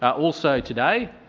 also today,